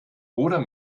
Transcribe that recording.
oder